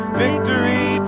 victory